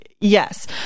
Yes